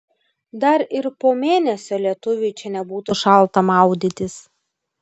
dar ir po mėnesio lietuviui čia nebūtų šalta maudytis